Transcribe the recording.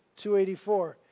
284